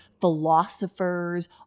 philosophers